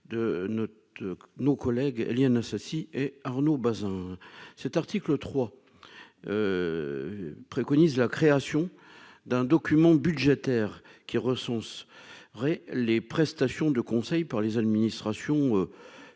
nos collègues Éliane Assassi et Arnaud Bazin, cet article 3, préconise la création d'un document budgétaire qui recense les prestations de conseil par les administrations